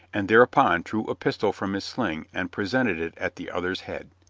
and thereupon drew a pistol from his sling and presented it at the other's head.